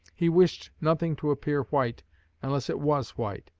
he wished nothing to appear white unless it was white.